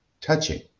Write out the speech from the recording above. touching